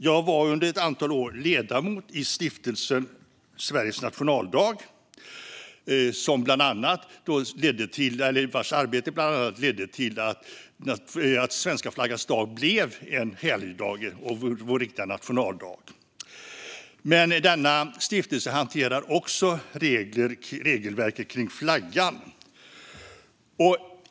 Jag var under ett antal år ledamot i Stiftelsen Sveriges Nationaldag, vars arbete bland annat har lett till att svenska flaggans dag blev en helgdag och vår riktiga nationaldag. Stiftelsen hanterar också regelverket kring flaggan.